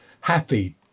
Happy